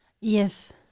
Yes